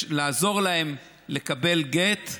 לקבל גט,